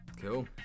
Cool